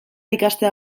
ikastea